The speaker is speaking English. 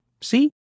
See